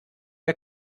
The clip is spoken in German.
der